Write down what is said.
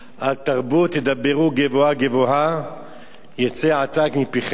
"אל תרבו תדברו גבהה גבהה יצא עתק מפיכם